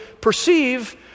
perceive